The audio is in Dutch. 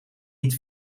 niet